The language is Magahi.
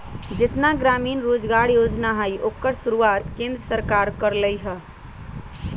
जेतना ग्रामीण रोजगार योजना हई ओकर शुरुआत केंद्र सरकार कर लई ह